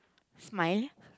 smile